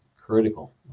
critical